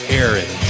Aaron